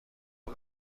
بود